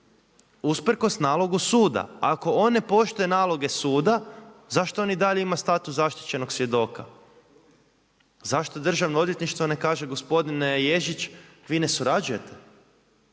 usprkos nalogu suda. Ako on ne poštuje naloge suda zašto on i dalje ima status zaštićenog svjedoka, zašto DORH ne kaže gospodine Ježić, vi ne surađujete,